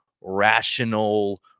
rational